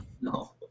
No